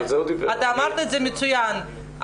אמרת את זה מצוין,